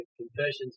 Confession's